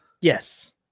Yes